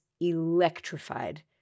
electrified